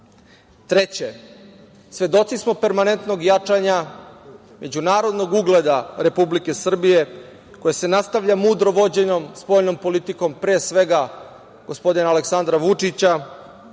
dinara. Treće, svedoci smo permanentnog jačanja međunarodnog ugleda Republike Srbije koje se nastavlja mudro vođenom spoljnom politikom pre svega gospodina Aleksandra Vučića,